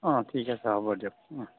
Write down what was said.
অঁ ঠিক আছে হ'ব দিয়ক